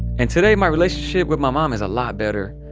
and, today, my relationship with my mom is a lot better.